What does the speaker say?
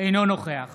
אינו נוכח